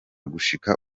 gushika